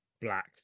Black